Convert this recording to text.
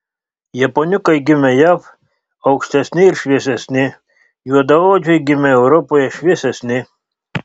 japoniukai gimę jav aukštesni ir šviesesni juodaodžiai gimę europoje šviesesni